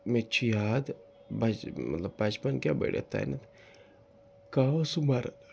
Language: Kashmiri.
مےٚ تہِ چھِ یاد بَچ مطلب بَچپَن کیٛاہ بٔڑِتھ تانٮ۪تھ کاوٕ سُہ مَرٕد